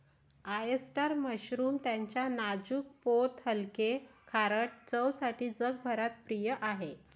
oyster mushroom त्याच्या नाजूक पोत हलके, खारट चवसाठी जगभरात प्रिय आहे